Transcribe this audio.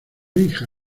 hija